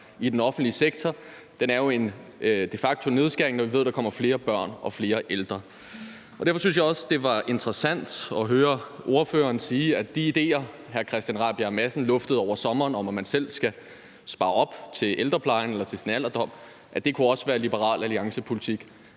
i den offentlige sektor, er jo en de facto-nedskæring, når vi ved, at der kommer flere børn og flere ældre. Derfor synes jeg også, det var interessant at høre ordføreren sige, at de idéer, hr. Christian Rabjerg Madsen luftede hen over sommeren, hvor man selv skal spare op til ældreplejen eller til sin alderdom, også kunne være Liberal Alliance-politik.